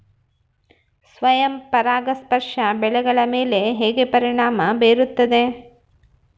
ಸ್ವಯಂ ಪರಾಗಸ್ಪರ್ಶ ಬೆಳೆಗಳ ಮೇಲೆ ಹೇಗೆ ಪರಿಣಾಮ ಬೇರುತ್ತದೆ?